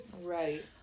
Right